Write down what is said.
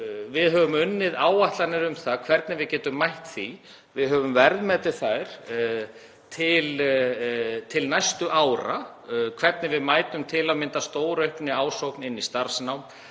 Við höfum unnið áætlanir um það hvernig við getum mætt því. Við höfum verðmetið þær til næstu ára, hvernig við mætum til að mynda stóraukinni ásókn í starfsnám,